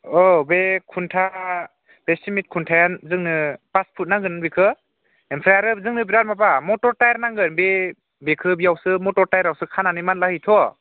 औ बे खुन्था बे सिमेन्ट खुन्थाया जोंनो पास फुट नांगोन बिखो ओमफ्राय आरो जोंनो बिराद माबा मटर टायार नांगोन बे बेखो बियावसो मटर टायारावसो खानानै मानला होयोथ'